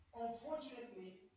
unfortunately